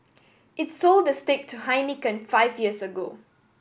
it sold the stake to Heineken five years ago